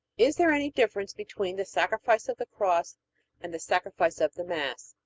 is there any difference between the sacrifice of the cross and the sacrifice of the mass?